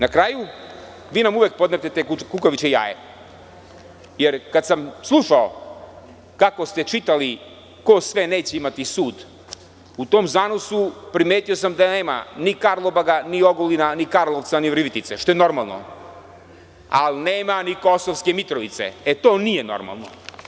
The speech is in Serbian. Na kraju, vi nam uvek podmetnete kukavičje jaje, jer kada sam slušao kako ste čitali ko sve neće imati sud, u tom zanosu primetio sam da nema ni Karlobaga ni Ogulina ni Karlovca ni Virovitice, što je normalno, ali nema ni Kosovske Mitrovice, e to nije normalno.